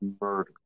murder